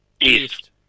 East